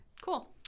cool